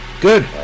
good